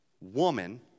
woman